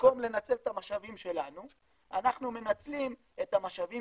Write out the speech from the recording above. במקום לנצל את המשאבים שלנו אנחנו מנצלים את המשאבים